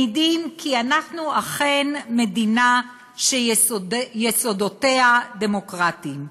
מעידים כי אנחנו אכן מדינה שיסודותיה דמוקרטיים".